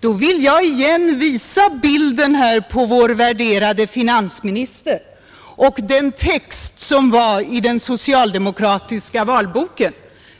Då vill jag igen visa bilden på vår värderade finansminister och den text som fanns i den socialdemokratiska valboken,